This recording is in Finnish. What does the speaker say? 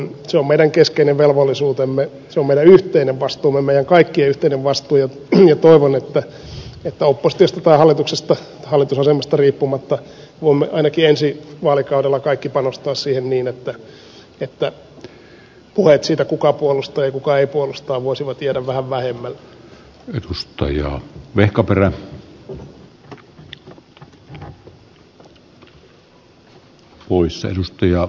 se on meidän keskeinen velvollisuutemme se on meidän yhteinen vastuumme meidän kaikkien yhteinen vastuu ja toivon että oppositiosta tai hallitusasemasta riippumatta voimme ainakin ensi vaalikaudella kaikki panostaa siihen niin että puheet siitä kuka puolustaa ja kuka ei puolusta voisivat jäädä vähän vähemmälle